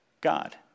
God